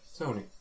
Sony